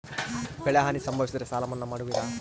ಬೆಳೆಹಾನಿ ಸಂಭವಿಸಿದರೆ ಸಾಲ ಮನ್ನಾ ಮಾಡುವಿರ?